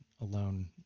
alone